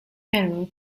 general